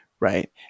Right